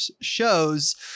shows